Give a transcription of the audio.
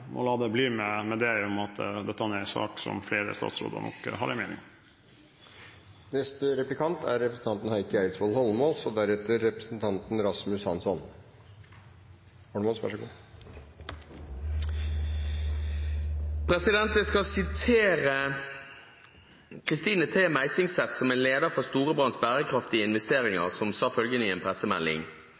må la det bli med det, i og med at dette er en sak som flere statsråder nok har en mening om. Jeg skal sitere Christine T. Meisingset, som er leder for Storebrands bærekraftige investeringer, som sa følgende i en pressemelding